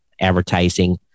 advertising